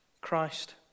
Christ